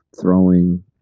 throwing